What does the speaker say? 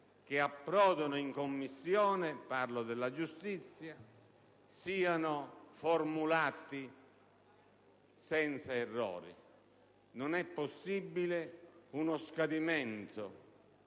che approdano in Commissione giustizia siano formulati senza errori. Non è possibile uno scadimento